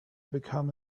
become